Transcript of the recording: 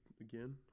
again